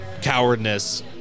cowardness